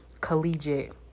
collegiate